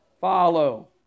follow